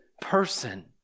person